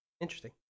Interesting